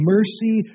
Mercy